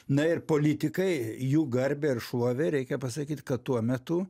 na ir politikai jų garbę ir šlovę reikia pasakyt kad tuo metu